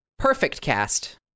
PerfectCast